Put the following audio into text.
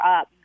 up